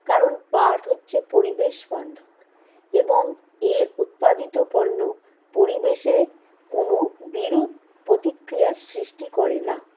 কারণ পাট হচ্ছে পরিবেশ বান্ধব এবং এর উৎপাদিত পণ্য পরিবেশে কোনো বিরূপ প্রতিক্রিয়ার সৃষ্টি করে না